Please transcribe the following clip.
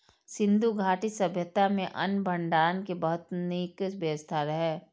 सिंधु घाटी सभ्यता मे अन्न भंडारण के बहुत नीक व्यवस्था रहै